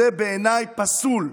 זה בעיניי פסול.